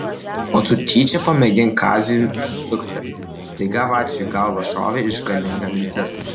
o tu tyčia pamėgink kaziui susukti staiga vaciui į galvą šovė išganinga mintis